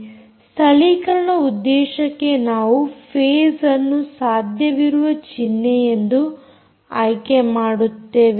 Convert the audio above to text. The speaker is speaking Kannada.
ಸ್ಥಳೀಕರಣ ಉದ್ದೇಶಕ್ಕೆ ನಾವು ಫೇಸ್ಅನ್ನು ಸಾಧ್ಯವಿರುವ ಚಿನ್ಹೆಯೆಂದು ಆಯ್ಕೆ ಮಾಡುತ್ತೇವೆ